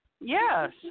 Yes